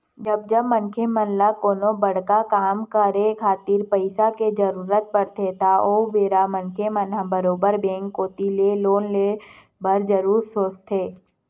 जब जब मनखे मन ल कोनो बड़का काम करे खातिर पइसा के जरुरत पड़थे त ओ बेरा मनखे मन ह बरोबर बेंक कोती ले लोन ले बर जरुर सोचथे